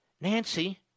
Nancy